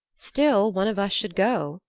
still, one of us should go,